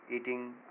eating